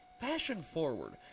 fashion-forward